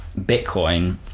Bitcoin